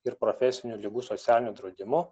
ir profesinių ligų socialiniu draudimu